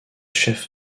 chef